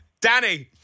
Danny